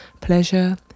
Pleasure